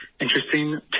Interesting